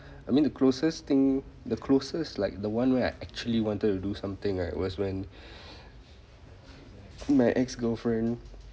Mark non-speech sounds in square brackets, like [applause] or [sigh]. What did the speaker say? I mean the closest thing the closest like the one where I actually wanted to do something right was when [breath] my ex girlfriend